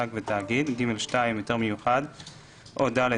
או (ד)